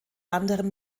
anderem